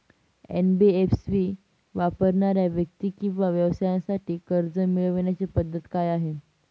NBFC वापरणाऱ्या व्यक्ती किंवा व्यवसायांसाठी कर्ज मिळविण्याची पद्धत काय आहे?